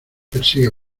persigue